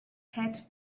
het